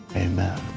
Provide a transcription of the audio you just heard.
amen.